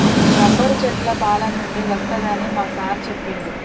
rubber చెట్ల పాలనుండి వస్తదని మా సారు చెప్పిండు